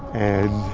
and